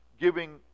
giving